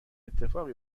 اتفاقی